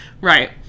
Right